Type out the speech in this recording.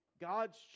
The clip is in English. God's